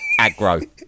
aggro